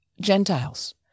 Gentiles